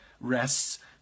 rests